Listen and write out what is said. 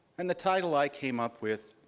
and the title i came up with